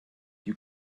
you